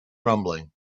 rumbling